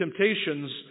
temptations